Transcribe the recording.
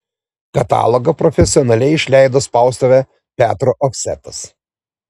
katalogą profesionaliai išleido spaustuvė petro ofsetas